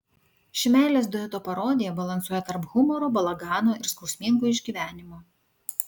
ši meilės dueto parodija balansuoja tarp humoro balagano ir skausmingo išgyvenimo